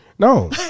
No